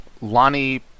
Lonnie